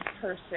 person